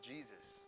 Jesus